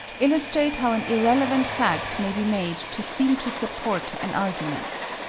illustrate how an irrelevant fact may be made to seem to support an argument.